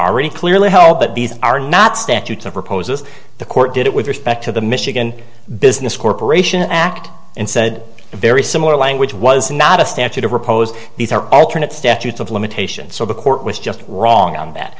already clearly held but these are not statutes of proposals the court did it with respect to the michigan business corporation act and said very similar language was not a statute of repose these are alternate statutes of limitations so the court was just wrong on that